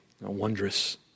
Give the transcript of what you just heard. wondrous